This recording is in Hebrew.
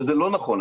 וזה לא נכון,